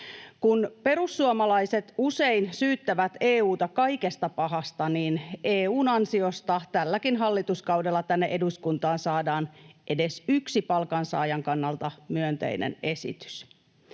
Kun perussuomalaiset usein syyttävät EU:ta kaikesta pahasta, niin EU:n ansiosta tälläkin hallituskaudella tänne eduskuntaan saadaan edes yksi palkansaajan kannalta myönteinen esitys.